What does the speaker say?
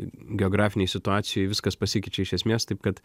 geografinėj situacijoj viskas pasikeičia iš esmės taip kad